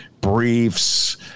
briefs